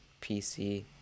PC